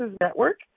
Network